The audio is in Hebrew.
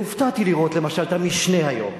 הופתעתי לראות למשל את המשנה היום,